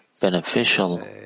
beneficial